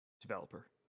developer